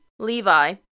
Levi